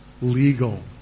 legal